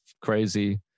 crazy